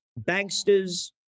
banksters